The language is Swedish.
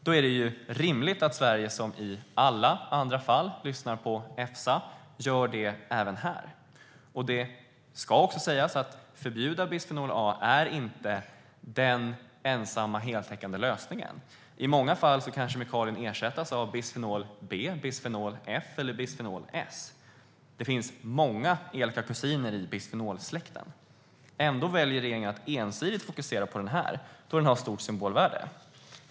Då är det rimligt att Sverige som i alla andra fall lyssnar på Efsa gör det även här. Det ska också sägas att ett förbud av bisfenol A inte är den enda heltäckande lösningen. I många fall kan kemikalien ersättas av bisfenol B, bisfenol F eller bisfenol S. Det finns många elaka kusiner i bisfenolsläkten. Ändå väljer regeringen att ensidigt fokusera på den här, då den har stort symbolvärde.